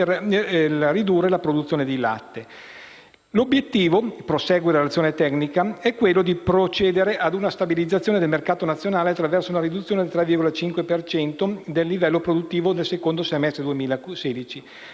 per ridurre la produzione di latte. L'obiettivo - prosegue la relazione tecnica - è quello di procedere ad una stabilizzazione del mercato nazionale attraverso una riduzione del 3,5 per cento del livello produttivo del secondo semestre 2016.